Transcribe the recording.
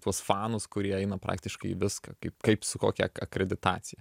tuos fanus kurie eina praktiškai į viską kaip kaip su kokia ak akreditacija